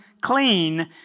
clean